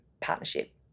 partnership